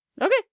Okay